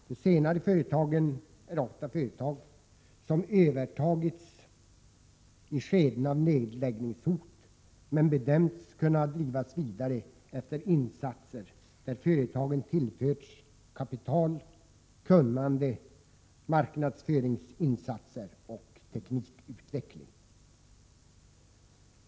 De senare är ofta företag som övertagits i skeden av nedläggningshot men bedömts kunna drivas vidare efter insatser där de tillförts kapital, kunnande, marknadsföring och teknikutveckling.